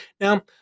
Now